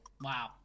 Wow